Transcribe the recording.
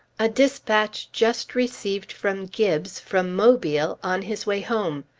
a dispatch just received from gibbes, from mobile, on his way home.